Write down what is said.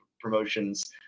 promotions